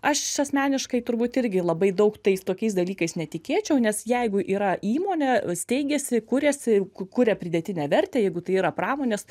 aš asmeniškai turbūt irgi labai daug tais tokiais dalykais netikėčiau nes jeigu yra įmonė steigiasi kuriasi kuria pridėtinę vertę jeigu tai yra pramonės